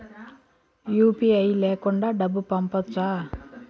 UPI లేకుండా డబ్బు పంపొచ్చా